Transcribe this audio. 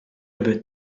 about